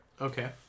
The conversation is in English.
Okay